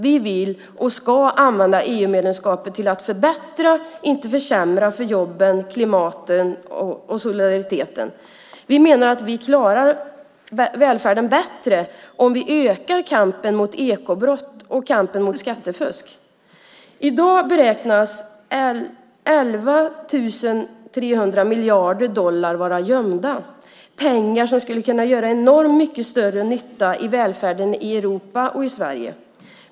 Vi vill och ska använda EU-medlemskapet till att förbättra, inte försämra, för jobben, klimatet och solidariteten. Vi menar att vi klarar välfärden om vi ökar kampen mot ekobrott och kampen mot skattefusk. I dag beräknas 11 300 miljarder dollar vara gömda - pengar som skulle göra enormt mycket större nytta i välfärden i Europa och i Sverige.